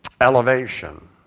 elevation